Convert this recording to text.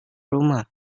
rumah